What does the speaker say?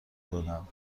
دادن